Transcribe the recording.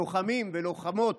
לוחמים ולוחמות.